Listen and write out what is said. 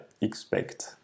expect